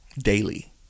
Daily